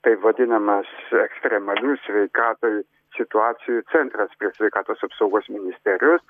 taip vadinamas ekstremalių sveikatai situacijų centras prie sveikatos apsaugos ministerijos